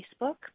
Facebook